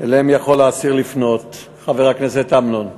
שאליהם יכול האסיר לפנות, חבר הכנסת אמנון כהן.